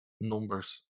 numbers